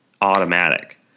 automatic